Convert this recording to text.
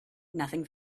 nothing